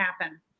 happen